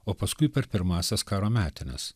o paskui per pirmąsias karo metines